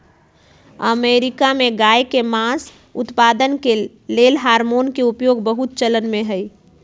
America में गायके मास उत्पादन के लेल हार्मोन के उपयोग बहुत चलनमें हइ